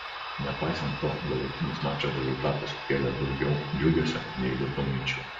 nepaisant to galutinis mačo rezultatas sukėlė daugiau džiugesio nei liūdnų minčių